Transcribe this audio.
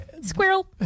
Squirrel